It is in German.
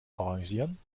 arrangieren